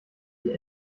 die